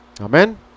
Amen